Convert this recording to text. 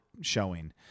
showing